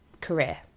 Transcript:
career